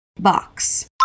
box